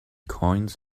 coins